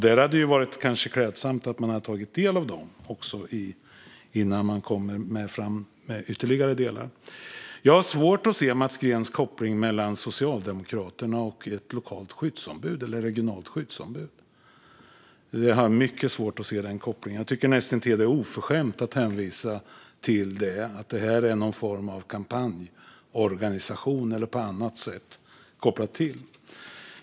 Det hade kanske varit klädsamt att man tagit del av dem innan man gick fram med ytterligare delar. Jag har svårt att se kopplingen Mats Green gör mellan Socialdemokraterna och ett lokalt eller regionalt skyddsombud. Jag har mycket svårt att se den kopplingen. Jag tycker att det är näst intill oförskämt att hänvisa till det som att det är någon form av kampanjorganisation eller hopkopplat på annat sätt.